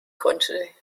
contrary